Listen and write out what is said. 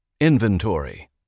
Inventory